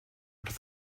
wrth